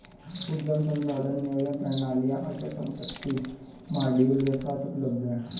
उद्यम संसाधन नियोजन प्रणालियाँ अचल संपत्ति मॉड्यूल के साथ उपलब्ध हैं